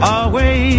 away